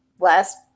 last